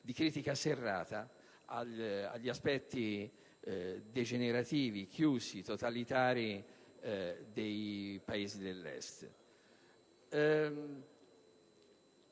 di critica serrata degli aspetti degenerativi, chiusi, totalitari dei Paesi dell'Est.